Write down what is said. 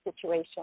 situation